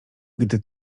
gdy